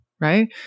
right